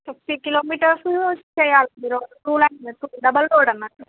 fifty kilometres చేయ్యాలండి road two lane road double road అన్నట్టు